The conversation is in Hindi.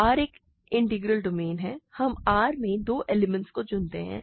R एक इंटीग्रल डोमेन है हम R में दो एलिमेंट्स को चुनते हैं